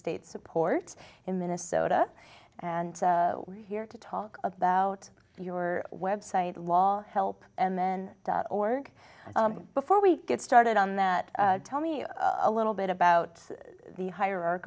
state support in minnesota and we're here to talk about your website law help and then org before we get started on that tell me a little bit about the hierarch